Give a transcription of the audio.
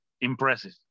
impressive